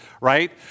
right